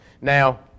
Now